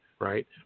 right